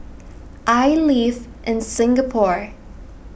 I live in Singapore